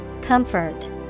Comfort